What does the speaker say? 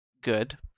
good